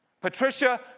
Patricia